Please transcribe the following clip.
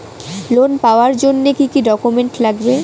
Loan পাওয়ার জন্যে কি কি ডকুমেন্ট লাগবে?